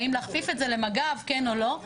האם להכפיף את זה למג"ב כן או לא,